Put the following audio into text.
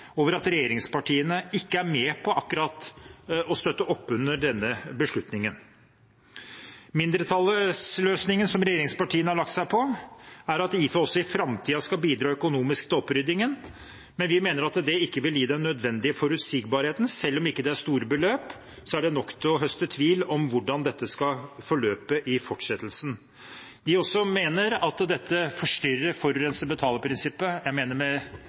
over at regjeringspartiene ikke er med på å støtte opp under denne beslutningen. Mindretallets løsning, som regjeringspartiene har lagt seg på, er at IFE også i framtiden skal bidra økonomisk til oppryddingen, men vi mener at det ikke vil gi den nødvendige forutsigbarheten. Selv om det ikke er store beløp, er det nok til å så tvil om hvordan dette skal forløpe i fortsettelsen. Vi mener også at dette forstyrrer forurenser-betaler-prinsippet. Jeg mener